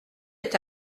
est